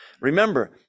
Remember